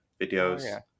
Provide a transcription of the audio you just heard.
videos